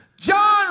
John